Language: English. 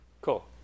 Cool